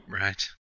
Right